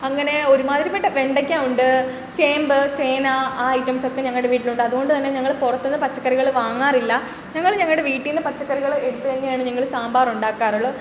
അങ്ങനെ ഒരുമാതിരിപ്പെട്ട വെണ്ടയ്ക്ക ഉണ്ട് ചേമ്പ് ചേന ആ ഐറ്റംസ് ഒക്കെ ഞങ്ങടെ വീട്ടിലുണ്ട് അതുകൊണ്ടു തന്നെ ഞങ്ങൾ പുറത്തൂന്ന് പച്ചക്കറികൾ വാങ്ങാറില്ല ഞങ്ങൾ ഞങ്ങടെ വീട്ടീന്ന് പച്ചക്കറികൾ എടുത്ത് തന്നെയാണ് ഞങ്ങൾ സാമ്പാറ് ഉണ്ടാക്കാറുള്ളൂ